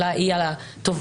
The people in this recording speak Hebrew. היא על התובעת.